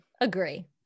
Agree